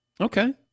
Okay